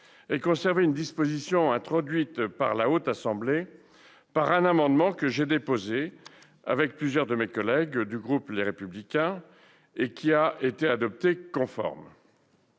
aient conservé une disposition introduite par la Haute Assemblée, fruit d'un amendement que j'avais déposé avec plusieurs de mes collègues du groupe Les Républicains. Cette disposition a été adoptée conforme.